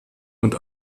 und